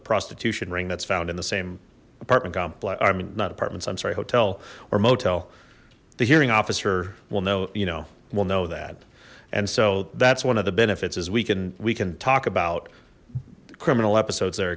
prostitution ring that's found in the same apartment complex not apartments i'm sorry hotel or motel the hearing officer will no you know we'll know that and so that's one of the benefits is we can we can talk about criminal episodes th